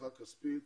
תמיכה כספית,